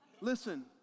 Listen